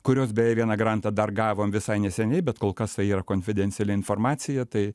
kurios beje vieną grantą dar gavom visai neseniai bet kol kas tai yra konfidenciali informacija tai